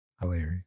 Hilarious